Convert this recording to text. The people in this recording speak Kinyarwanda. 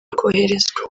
koherezwa